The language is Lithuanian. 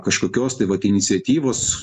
kažkokios tai vat iniciatyvos